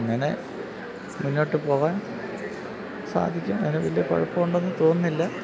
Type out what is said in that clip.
അങ്ങനെ മുന്നോട്ടുപോകാൻ സാധിക്കും അതിന് വലിയ കുഴപ്പമുണ്ടെന്ന് തോന്നുന്നില്ല